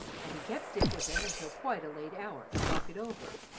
and he kept dick with him until quite a late hour to talk it over,